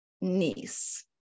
niece